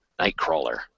Nightcrawler